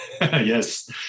Yes